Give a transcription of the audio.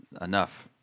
enough